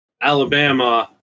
Alabama